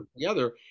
together